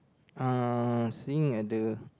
uh seeing at the